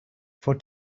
for